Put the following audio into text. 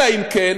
אלא אם כן,